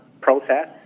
process